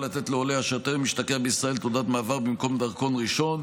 לתת לעולה אשר טרם השתקע בישראל תעודת מעבר במקום דרכון ראשון,